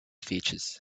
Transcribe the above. features